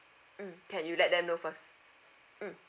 mm can you let them know first mm